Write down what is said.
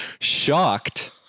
shocked